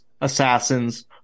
assassins